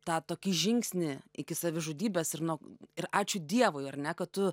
tą tokį žingsnį iki savižudybės ir nu ir ačiū dievui ar ne kad tu